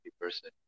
person